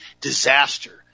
disaster